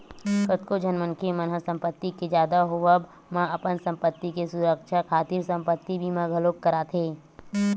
कतको झन मनखे मन ह संपत्ति के जादा होवब म अपन संपत्ति के सुरक्छा खातिर संपत्ति बीमा घलोक कराथे